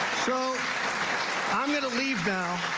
so i'm going to leave now.